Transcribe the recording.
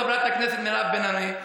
חברת הכנסת מירב בן ארי,